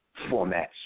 formats